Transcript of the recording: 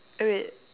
eh wait